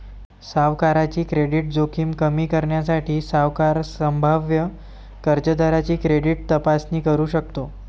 सावकाराची क्रेडिट जोखीम कमी करण्यासाठी, सावकार संभाव्य कर्जदाराची क्रेडिट तपासणी करू शकतो